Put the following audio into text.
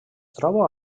troba